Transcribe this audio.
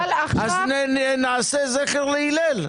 נעשה זכר להלל.